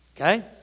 Okay